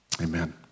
Amen